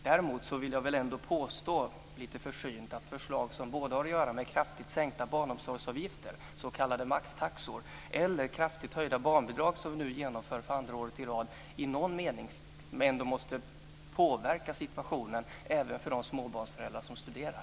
Däremot vill jag ändå lite försynt påstå att förslag om kraftigt sänkta barnomsorgsavgifter, s.k. maxtaxor, eller kraftigt höjda barnbidrag som vi nu genomför för andra året i rad i någon mening måste påverka situationen även för de småbarnsföräldrar som studerar.